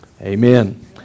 amen